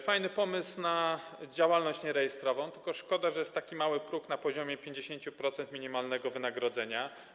Fajny pomysł na działalność nierejestrową, tylko szkoda, że jest taki niski próg, na poziomie 50% minimalnego wynagrodzenia.